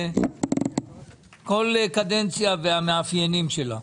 כל קדנציה והמאפיינים שלה.